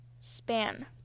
span